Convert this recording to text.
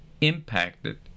impacted